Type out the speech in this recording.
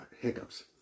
hiccups